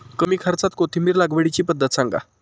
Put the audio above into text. कमी खर्च्यात कोथिंबिर लागवडीची पद्धत सांगा